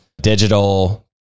digital